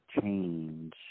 change